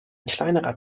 kleinerer